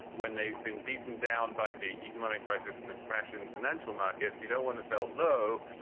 when they've been beaten down by the economic crisis and the crash in financial markets. you don't want to sell low.